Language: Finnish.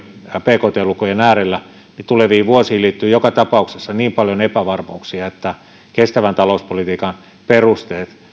bkt lukujen äärellä liittyy joka tapauksessa niin paljon epävarmuuksia että kestävän talouspolitiikan perusteet